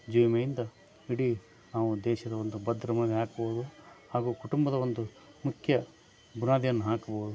ಜೀವ ವಿಮೆಯಿಂದ ಇಡೀ ನಾವು ದೇಶದ ಒಂದು ಭದ್ರ ಹಾಗೂ ಕುಟುಂಬದ ಒಂದು ಮುಖ್ಯ ಬುನಾದಿಯನ್ನು ಹಾಕ್ಬೋದು